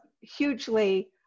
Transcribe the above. hugely